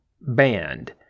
band